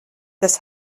das